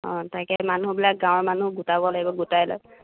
অ তাকে মানুহবিলাক গাঁৱৰ মানুহ গোটাব লাগিব গোটাই লৈ